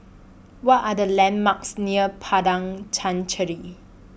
What Are The landmarks near Padang Chancery